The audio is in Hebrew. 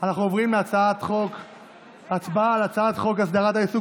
אנחנו עוברים להצבעה על הצעת חוק הסדרת העיסוק